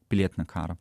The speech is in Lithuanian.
pilietinį karą